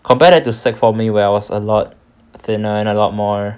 compare that for sec four me when I was a lot thinner and a lot more